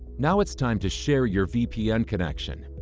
now it's time to share your vpn connection.